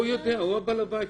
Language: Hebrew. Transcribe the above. הוא בעל הבית.